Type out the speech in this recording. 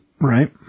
Right